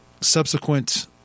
subsequent